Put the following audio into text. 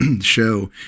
show